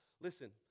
Listen